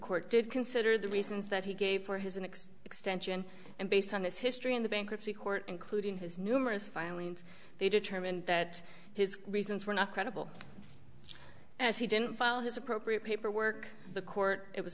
court did consider the reasons that he gave for his an extension and based on his history in the bankruptcy court including his numerous violent they determined that his reasons were not credible as he didn't file his appropriate paperwork the court it was